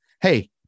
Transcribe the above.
Hey